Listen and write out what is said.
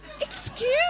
excuse